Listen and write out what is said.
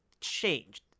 changed